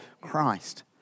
Christ